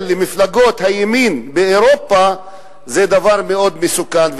למפלגות הימין באירופה זה דבר מאוד מסוכן.